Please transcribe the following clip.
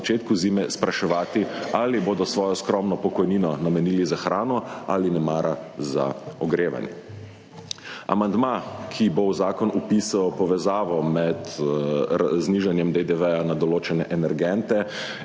zime spraševati, ali bodo svojo skromno pokojnino namenili za hrano ali nemara za ogrevanje. Amandma, ki bo v zakon vpisal povezavo med znižanjem DDV na določene energente